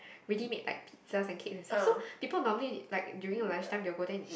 ready made like pizza and cakes also people normally like during lunch time they will go there eat